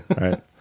right